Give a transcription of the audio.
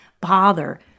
bother